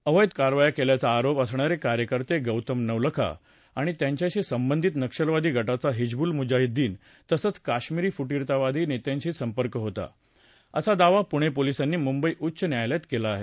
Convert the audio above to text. अवैध कारवाया केल्याचा आरोप असणारे कार्यकर्ते गौतम नवलखा आणि त्यांच्याशी संबंधित नक्षलवादी गटाचा हिजबूल मुजाहिदीन तसंच कश्मीरी फुटीरतावादी नेत्याशी संपर्क होता असा दावा पुणे पोलिसांनी मुंबई उच्च न्यायालयात केला आहे